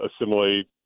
assimilate